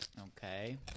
Okay